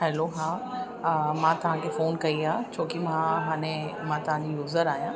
hello हा मां तव्हांखे फ़ोन कई आहे छो की मां हाणे मां तव्हांजी यूजर आहियां